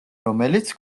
რომელიც